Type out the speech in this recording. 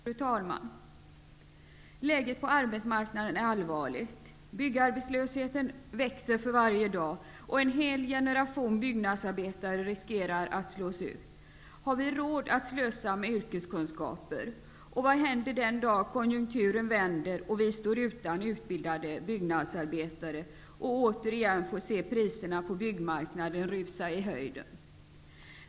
Fru talman! Läget på arbetsmarknaden är all varligt. Byggarbetslösheten växer för varje dag, och en hel generation byggnadsarbetare riskerar att slås ut. Har vi råd att slösa med yrkeskunska per? Vad händer den dag konjunkturen vänder och vi står utan utbildade byggnadsarbetare och återigen får se priserna på byggmarknaden rusa i höjden?